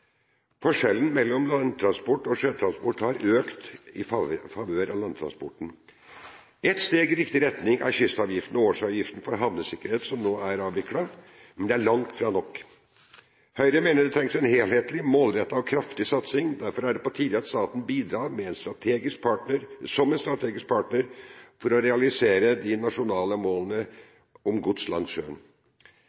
Forskjellen mellom landtransport og sjøtransport har økt i favør av landtransporten. Et steg i riktig retning er at kystavgiften og årsavgiften for havnesikkerhet nå er avviklet, men det er langt fra nok. Høyre mener det trengs en helhetlig, målrettet og kraftig satsing. Derfor er det på tide at staten bidrar som en strategisk partner for å realisere de nasjonale målene